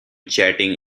chatting